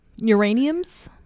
Uraniums